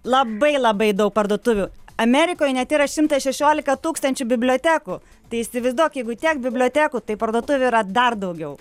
labai labai daug parduotuvių amerikoj net yra šešiolika tūkstančių bibliotekų tai įsivaizduok jeigu tiek bibliotekų tai parduotuvių yra dar daugiau